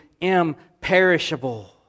imperishable